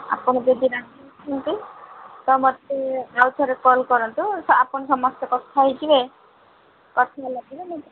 ଆପଣ ଯଦି ରାଜି ଅଛନ୍ତି ତ ମୋତେ ଆଉ ଥରେ କଲ୍ କରନ୍ତୁ ଆପଣ ସମସ୍ତେ କଥା ହୋଇଯିବେ କଥା ହେଲା ପରେ ମୋତେ